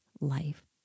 life